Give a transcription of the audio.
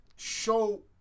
show